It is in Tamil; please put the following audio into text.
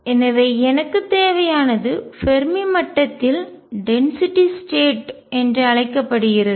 எனவே எனக்குத் தேவையானது ஃபெர்மி மட்டத்தில் டென்சிட்டி ஸ்டேட் அடர்த்தி நிலை என்று அழைக்கப்படுகிறது